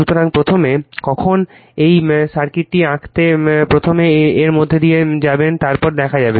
সুতরাং প্রথমে কখন এই সার্কিটটি আঁকতে প্রথমে এর মধ্য দিয়ে যাবেন তারপর দেখা যাবে